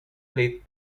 played